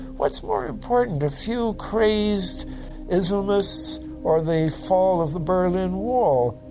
what's more important, a few crazed islamists or the fall of the berlin wall?